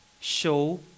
show